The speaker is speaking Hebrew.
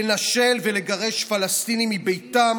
לנשל ולגרש פלסטינים מביתם.